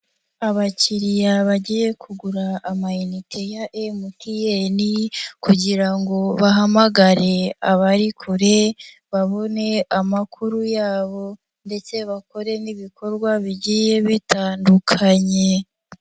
Abakiriya bagiye kugura amayinite ya MTN kugira ngo bahamagare abari kure, babone amakuru yabo ndetse bakore n'ibikorwa bigiye bitandukanye.